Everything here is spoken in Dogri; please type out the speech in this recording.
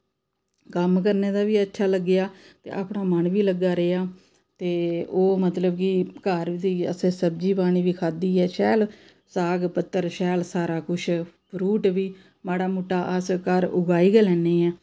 कम्म करने दा बी अच्छा लग्गेआ ते अपना मन बी लग्गा रेहा ते ओह् मतलब कि घर दी अस सब्जी पानी बी खाद्धी ऐ शैल साग पत्तर शैल सारा कुछ फ्रूट बी माड़ा मुट्टा अस घर उगाई गै लैन्ने ऐं